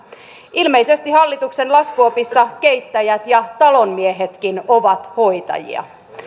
ilmeisesti hallituksen laskuopissa keittäjät ja talonmiehetkin ovat hoitajia